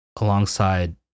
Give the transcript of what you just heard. alongside